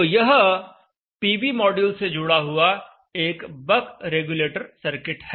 तो यह PV module से जुड़ा हुआ एक बक रेगुलेटर सर्किट है